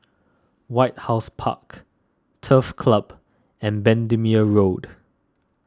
White House Park Turf Club and Bendemeer Road